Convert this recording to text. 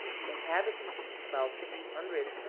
the inhabitants, about three hundred,